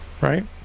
right